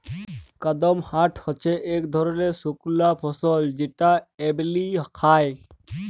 কাদপমহাট হচ্যে ইক ধরলের শুকলা ফল যেটা এমলি খায়